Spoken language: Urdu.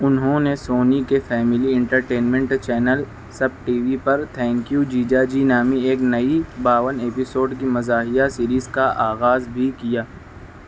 انہوں نے سونی کے family entertainment channel SAB TV وی پر تھینک یو جیجا جی نامی ایک نئی باون ایپیسوڈ کی مزاحیہ سیریز کا آغاز بھی کیا